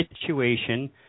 situation